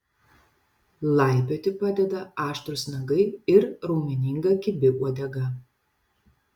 laipioti padeda aštrūs nagai ir raumeninga kibi uodega